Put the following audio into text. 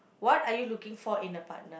what are you looking for in a partner